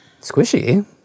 Squishy